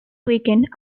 weekend